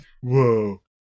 whoa